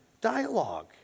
dialogue